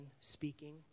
speaking